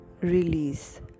release